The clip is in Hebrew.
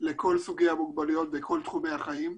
לכל סוגי המוגבלויות בכל תחומי החיים.